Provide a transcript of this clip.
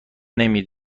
نمی